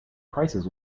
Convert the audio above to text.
prices